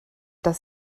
das